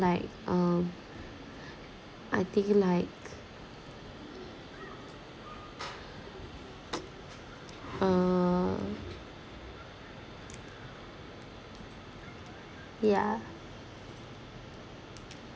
like um I think like uh yeah